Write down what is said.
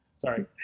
Sorry